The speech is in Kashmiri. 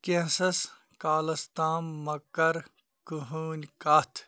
کیٚنٛژھَس کالَس تام مٔہ کَر کٔہٕنٛۍ کَتھ